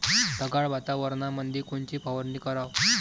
ढगाळ वातावरणामंदी कोनची फवारनी कराव?